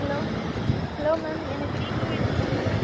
hello hello ma'am எனக்கு leave வேணுங்க ma'am